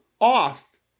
off